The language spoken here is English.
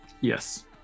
Yes